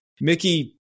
Mickey